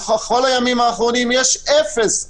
בכל הימים האחרונים יש אפס מאומתים.